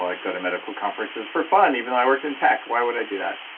i go to medical conferences for fun even though i worked in tech. why would i do that?